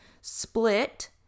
Split